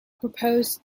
proposed